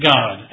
God